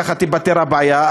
כך תיפתר הבעיה,